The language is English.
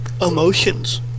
emotions